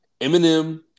Eminem